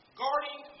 guarding